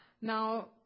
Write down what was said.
Now